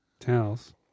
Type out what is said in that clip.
towels